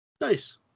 Nice